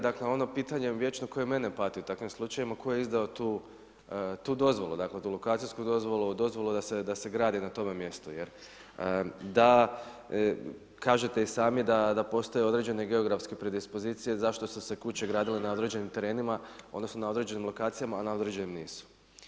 Dakle, ono pitanje, koje moje mene pati, u takvim slučajevima, tko je izdao tu dozvolu, tu lokacijsku dozvolu, dozvolu da se grade na tome mjestu jer da, kažete i sami da postoje određene geografske predispozicije zašto su se kuće gradile na određenim terenima, odnosno na određenim lokacijama a na određenim nisu.